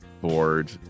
bored